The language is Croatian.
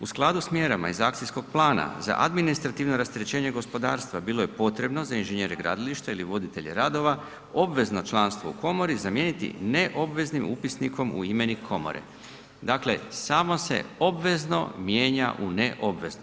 U skladu s mjerama iz akcijskog plana za administrativno rasterećenje gospodarstva bilo je potrebno za inženjere gradilišta ili voditelje radova obvezno članstvo u komori zamijeniti ne obveznim upisnikom u imenik komore, dakle, samo se obvezno mijenja u ne obvezno.